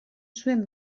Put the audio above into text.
zuen